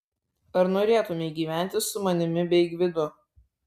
ar norėtumei gyventi su manimi bei gvidu